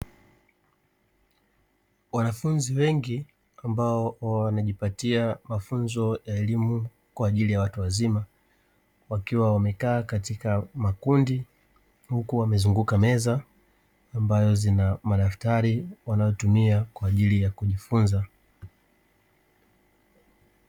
Wanafunzi wengi ambao wanajipatia mafunzo ya elimu kwa ajili ya watu wazima wakiwa wamekaa katika makundi. Huku wamezunguka meza ambayo zina madaftari wanaotumia kwa ajili ya kujifunza.